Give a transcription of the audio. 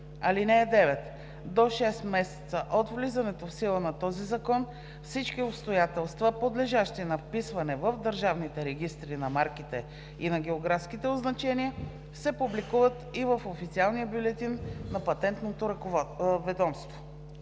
(9) До 6 месеца от влизането в сила на този закон всички обстоятелства, подлежащи на вписване в Държавните регистри на марките и на географските означения, се публикуват и в Официалния бюлетин на Патентното ведомство.“